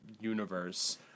universe